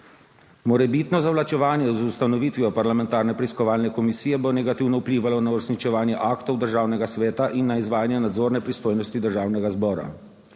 Morebitno zavlačevanje z ustanovitvijo parlamentarne preiskovalne komisije bo negativno vplivalo na uresničevanje aktov Državnega sveta in na izvajanje nadzorne pristojnosti Državnega zbora.